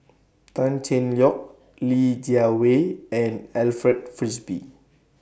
Tan Cheng Lock Li Jiawei and Alfred Frisby